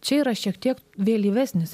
čia yra šiek tiek vėlyvesnis